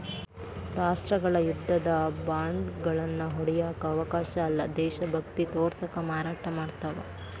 ರಾಷ್ಟ್ರಗಳ ಯುದ್ಧದ ಬಾಂಡ್ಗಳನ್ನ ಹೂಡಿಕೆಯ ಅವಕಾಶ ಅಲ್ಲ್ದ ದೇಶಭಕ್ತಿ ತೋರ್ಸಕ ಮಾರಾಟ ಮಾಡ್ತಾವ